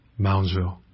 Moundsville